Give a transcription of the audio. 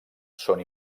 són